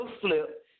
Flip